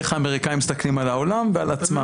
איך האמריקאים מסתכלים על עולם ועל עצמם.